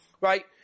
right